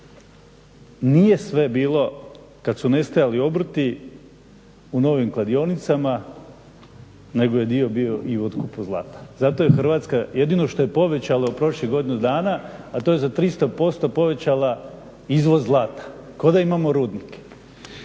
nije sve bilo kad su nestajali obrti u novim kladionicama, nego je dio bio i u otkupu zlata. Zato je Hrvatska jedino što je povećala u prošlih godinu dana a to je za 300% povećala izvoz zlata, kao da imamo rudnik.